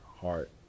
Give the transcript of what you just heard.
heart